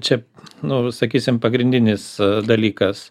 čia nu sakysim pagrindinis dalykas